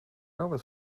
något